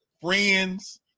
friends